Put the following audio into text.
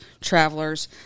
travelers